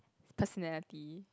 personality